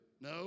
No